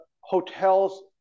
hotels